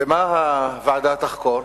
ומה הוועדה תחקור?